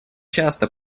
часто